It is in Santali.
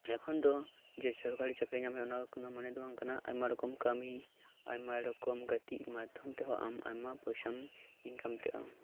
ᱮᱠᱷᱚᱱ ᱫᱚ ᱡᱮ ᱥᱚᱨᱠᱟᱨᱤ ᱪᱟᱠᱨᱤ ᱧᱟᱢ ᱦᱳᱭᱳᱜᱼᱟ ᱮᱢᱚᱱ ᱠᱚᱱᱚ ᱢᱟᱱᱮ ᱫᱚ ᱵᱟᱝ ᱠᱟᱱᱟ ᱟᱭᱢᱟ ᱨᱚᱠᱚᱢ ᱠᱟᱢᱤ ᱟᱭᱢᱟ ᱨᱚᱠᱚᱢ ᱜᱟᱛᱮᱜ ᱢᱟᱫᱽᱫᱷᱚᱢ ᱛᱮᱦᱚᱸ ᱟᱢ ᱟᱭᱢᱟᱢ ᱯᱚᱭᱥᱟᱢ ᱤᱱᱠᱟᱢ ᱫᱟᱲᱮᱭᱟᱜᱼᱟ